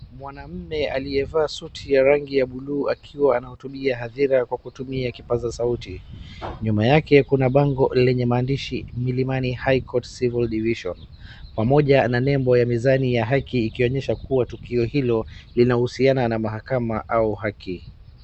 Mwanamme aliyevaa suti ya rangi ya blue akiwa anahutubia hadhira kwa kutumia kipaza sauti, nyuma yake kuna bango lenye maandishi Milimani High court civil division pamoja na nembo ya mizani ya haki ikionyesha kuwa tukio hilo linahusiana na mahakama au haki.